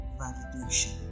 validation